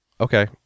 okay